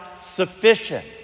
sufficient